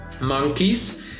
monkeys